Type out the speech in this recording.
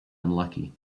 unlucky